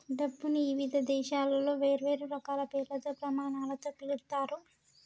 డబ్బుని ఇవిధ దేశాలలో వేర్వేరు రకాల పేర్లతో, ప్రమాణాలతో పిలుత్తారు